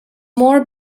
more